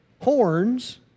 horns